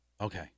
Okay